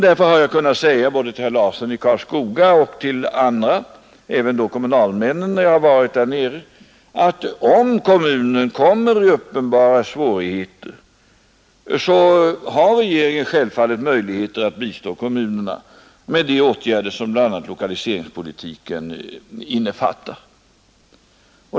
Därför har jag kunnat säga till herr Larsson i Karlskoga och andra — även till kommunalmännen när jag har träffat dem — att om kommunen kommer i uppenbara svårigheter har regeringen självfallet möjligheter att bistå den med de åtgärder som bl.a. lokaliseringspolitiken innefattar.